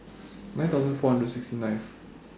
nine thousand four hundred and sixty ninth